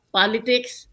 politics